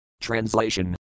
translation